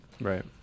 Right